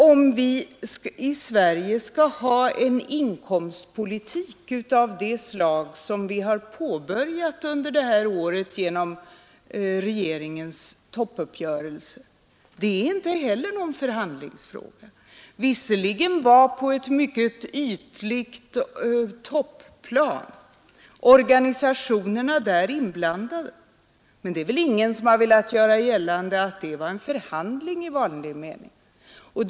Om vi i Sverige skall ha en inkomstpolitik av det slag som vi har påbörjat under detta år genom regeringens toppuppgörelse, det är inte heller någon förhandlingsfråga. 113 Visserligen var på ett mycket ytligt topplan organisationerna inblandade, men det är väl ingen som har velat göra gällande att det var en förhandling i vanlig mening.